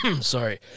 Sorry